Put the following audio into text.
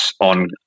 on